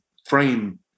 Frame